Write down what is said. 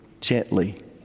gently